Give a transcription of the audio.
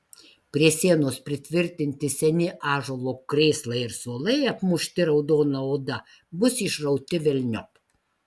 prie sienos pritvirtinti seni ąžuolo krėslai ir suolai apmušti raudona oda bus išrauti velniop